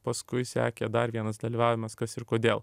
paskui sekė dar vienas dalyvavimas kas ir kodėl